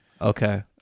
Okay